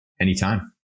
anytime